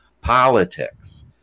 politics